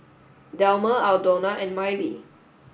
Delmer Aldona and Mylee